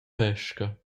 pesca